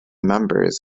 members